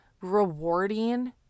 rewarding